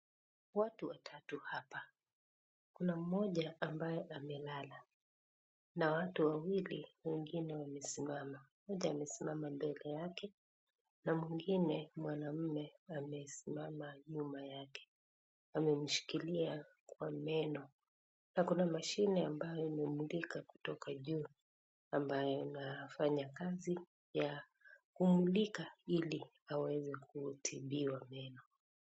Watu watatu hapa, kuna mmoja ambaye amelala na watu wawili wengine wamesimama. Mmoja amesimama mbele yake na mwingine mwanamume amesimama nyuma yake amemshikilia kwa meno na kuna mashine ambayo imemulika kutoka juu ambayo inafanya kazi ya kummulika ili aweze kutibiwa meno.